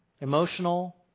emotional